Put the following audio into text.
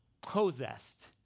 possessed